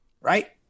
Right